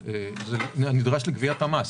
זה נדרש לגביית המס.